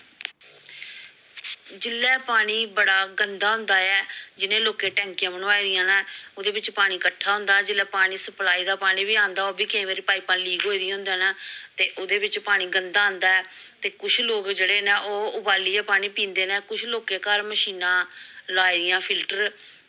जिल्लै पानी बड़ा गंदा होंदा ऐ जि'नें लोकैं टैंकियां बनवाई दियां न ओह्दे बिच्च पानी कट्ठा होंदा जिल्लै पानी सप्लाई डेहजजतब़ दा पानी बी आंदा ओह्बी केईं बारी पाइपां लीक होई दियां होंदियां न ते ओह्दे बिच्च पानी गंदा आंदा ऐ ते कुछ लोग जेह्ड़े न ओह् उवालियै पानी पींदे न कुछ लोकें घर मशीनां लाई दियां फिल्टर